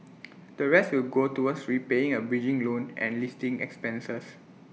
the rest will go towards repaying A bridging loan and listing expenses